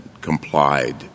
complied